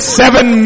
seven